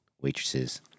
waitresses